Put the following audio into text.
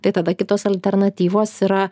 tai tada kitos alternatyvos yra